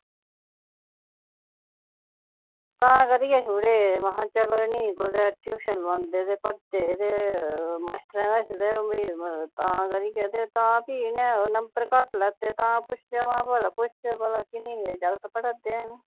तां करियै छुड़े हे महां चलो इनेंगी कुदै ट्यूशन लोआंदे ते पढ़दे ते मास्टरें कश ते तां करियै ते तां फ्ही इ'नें नंबर घट्ट लैते तां पुच्छेआ महां भला पुच्छचै भला किन्नी जागत पढ़ा दे हैन जां नेईं